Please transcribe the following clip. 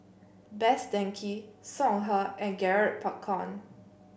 Best Denki Songhe and Garrett Popcorn